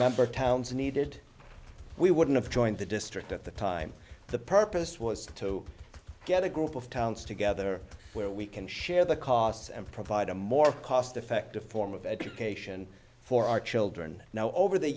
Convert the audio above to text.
member towns needed we wouldn't have joined the district at the time the purpose was to get a group of towns together where we can share the costs and provide a more cost effective form of education for our children now over the